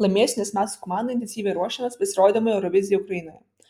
laimėsiu nes mes su komanda intensyviai ruošiamės pasirodymui eurovizijai ukrainoje